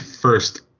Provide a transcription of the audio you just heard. first